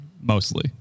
Mostly